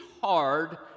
hard